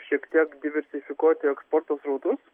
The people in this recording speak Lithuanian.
šiek tiek diversifikuoti eksporto srautus